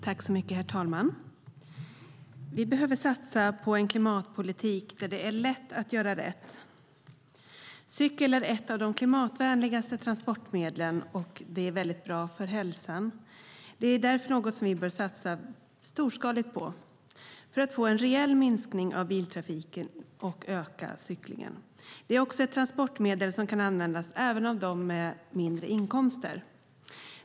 Herr talman! Vi behöver satsa på en klimatpolitik där det är lätt att göra rätt. Cykel är ett av de klimatvänligaste transportmedlen, och det är väldigt bra för hälsan. Det är därför något som vi bör satsa storskaligt på för att få en reell minskning av biltrafiken och öka cyklingen. Det är också ett transportmedel som kan användas även av dem med mindre inkomster.